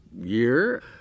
year